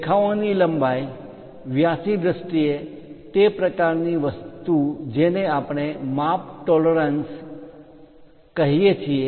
રેખાઓ ની લંબાઈ વ્યાસ ની દ્રષ્ટિએ તે પ્રકારની વસ્તુ જેને આપણે માપ ટોલરન્સ પરિમાણ માં માન્ય તફાવત કહીએ છીએ